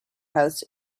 house